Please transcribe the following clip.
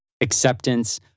acceptance